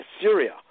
Syria